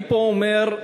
אני אומר פה,